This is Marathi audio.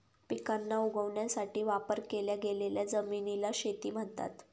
पिकांना उगवण्यासाठी वापर केल्या गेलेल्या जमिनीला शेती म्हणतात